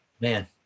man